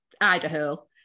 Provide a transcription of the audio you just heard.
idaho